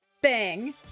Bang